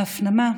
ההפנמה,